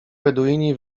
beduini